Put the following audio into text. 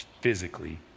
physically